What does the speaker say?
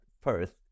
first